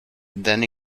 then